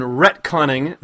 retconning